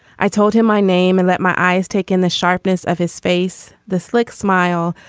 i told him my name and let my eyes take in the sharpness of his face the slick smile.